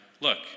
look